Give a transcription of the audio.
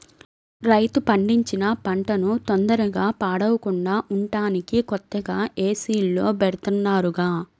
రైతు పండించిన పంటన తొందరగా పాడవకుండా ఉంటానికి కొత్తగా ఏసీల్లో బెడతన్నారుగా